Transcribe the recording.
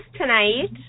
tonight